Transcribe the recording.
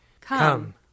Come